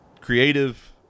creative